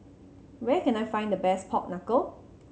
where can I find the best pork knuckle